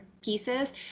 pieces